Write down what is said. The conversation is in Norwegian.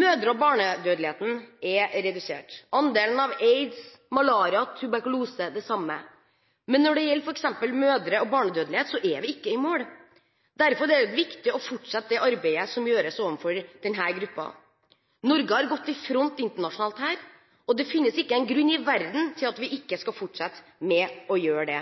Mødre- og barnedødeligheten er redusert, andelen av aids, malaria og tuberkulose det samme, men når det gjelder f.eks. mødre- og barnedødelighet, er vi ikke i mål. Derfor er det viktig å fortsette det arbeidet som gjøres overfor denne gruppen. Norge har gått i front internasjonalt her, og det finnes ikke en grunn i verden til at vi ikke skal fortsette med å gjøre det.